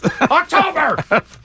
October